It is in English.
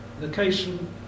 location